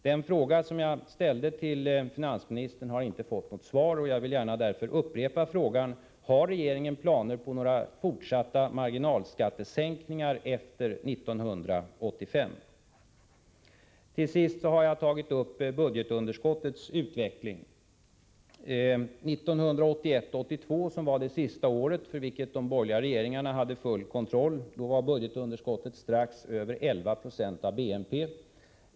Den fråga som jag ställde till finansministern har inte fått något svar, och jag vill därför gärna upprepa frågan: Har regeringen planer på några fortsatta marginalskattesänkningar efter 1985? Till sist har jag i min interpellation tagit upp budgetunderskottets utveckling. 1981/82, som var det senaste budgetår för vilket de borgerliga regeringarna hade full kontroll, var budgetunderskottet strax över 11 90 av BNP.